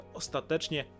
ostatecznie